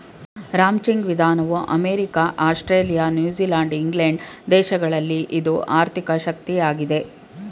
ranching ವಿಧಾನವು America, Australia, New Zealand England ದೇಶಗಳಲ್ಲಿ ಇದು ಆರ್ಥಿಕ ಶಕ್ತಿಯಾಗಿದೆ